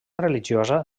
religiosa